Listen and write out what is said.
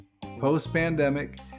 post-pandemic